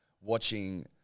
watching